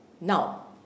Now